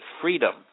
freedom